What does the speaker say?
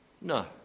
no